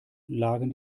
lagen